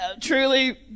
truly